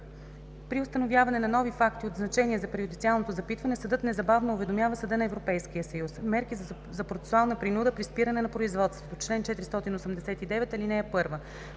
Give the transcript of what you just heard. При установяване на нови факти от значение за преюдициалното запитване съдът незабавно уведомява Съда на Европейския съюз. Мерки за процесуална принуда при спиране на производството Чл. 489. (1)